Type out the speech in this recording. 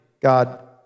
God